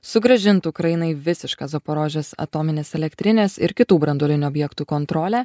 sugrąžintų ukrainai visišką zaporožės atominės elektrinės ir kitų branduolinių objektų kontrolę